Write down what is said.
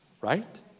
right